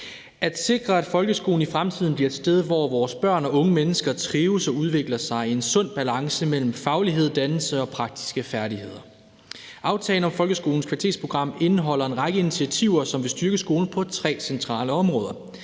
at sikre, at folkeskolen i fremtiden bliver et sted, hvor vores børn og unge mennesker trives og udvikler sig i en sund balance mellem faglighed, dannelse og praktiske færdigheder. Aftalen om folkeskolens kvalitetsprogram indeholder en række initiativer, som vil styrke skolen på tre centrale områder: